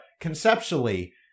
conceptually